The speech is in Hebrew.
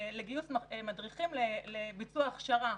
לגיוס מדריכים לביצוע הכשרה.